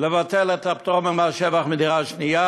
לבטל את הפטור ממס שבח על דירה שנייה?